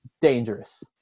Dangerous